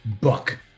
book